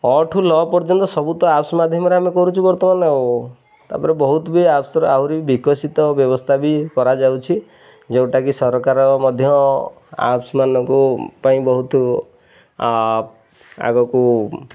ଅ ଠୁ ଲ ପର୍ଯ୍ୟନ୍ତ ସବୁ ତ ଆପ୍ସ୍ ମାଧ୍ୟମରେ ଆମେ କରୁଛୁ ବର୍ତ୍ତମାନ ଆଉ ତା'ପରେ ବହୁତ ବି ଆପ୍ସ୍ର ଆହୁରି ବିକଶିତ ବ୍ୟବସ୍ଥା ବି କରାଯାଉଛି ଯେଉଁଟାକି ସରକାର ମଧ୍ୟ ଆପ୍ସ୍ମାନଙ୍କ ପାଇଁ ବହୁତ ଆଗକୁ